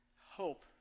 hope